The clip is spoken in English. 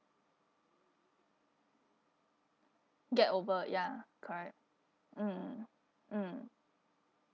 get over ya correct mm mm